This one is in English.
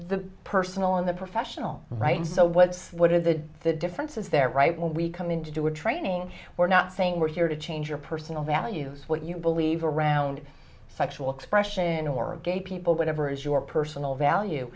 e personal and the professional right so what's what are the differences there right when we come in to do a training we're not saying we're here to change your personal values what you believe around sexual expression or gay people whatever is your personal value